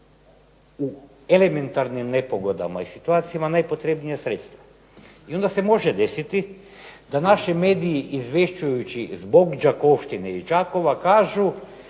u elementarnim nepogodama i situacija najpotrebnija sredstva. I onda se može desiti da naši mediji izvješćujući zbog Đakovštine iz Đakova kažu